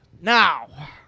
Now